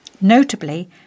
notably